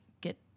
get